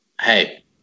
Hey